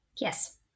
Yes